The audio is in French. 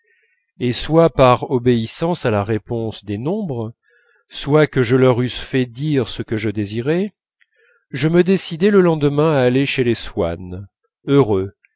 et soit par obéissance à la réponse des nombres soit que je leur eusse fait dire ce que je désirais je me décidai le lendemain à aller chez les swann heureux